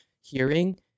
hearing